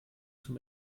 zum